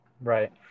Right